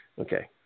Okay